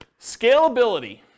Scalability